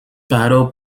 battle